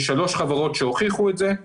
יש שלוש חברות שהוכיחו את זה.